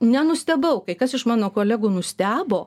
nenustebau kai kas iš mano kolegų nustebo